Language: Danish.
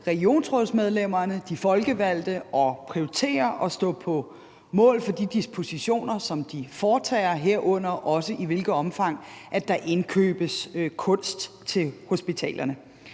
regionsrådsmedlemmerne, de folkevalgte at prioritere og stå på mål for de dispositioner, som de foretager, herunder også i hvilket omfang der indkøbes kunst til hospitalerne.